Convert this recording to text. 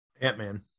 ant-man